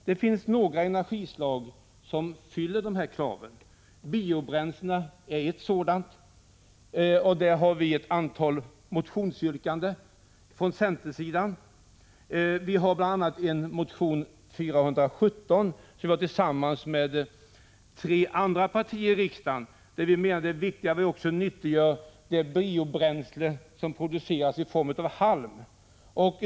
Det finns några energislag som fyller dessa krav. Biobränsle är ett sådant. Där har vi ett antal motionsyrkanden från centerns sida. Vi menar bl.a. i motion N417, som vi avgett tillsammans med tre andra partier i riksdagen, att det är viktigt att också nyttiggöra det biobränsle som produceras i form av halm.